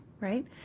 right